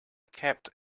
kept